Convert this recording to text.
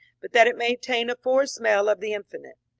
but that it may attain a fore-smell of the infinite?